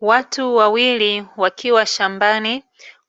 Watu wawili wakiwa shambani